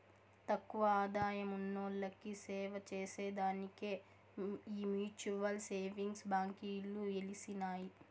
తక్కువ ఆదాయమున్నోల్లకి సేవచేసే దానికే ఈ మ్యూచువల్ సేవింగ్స్ బాంకీలు ఎలిసినాయి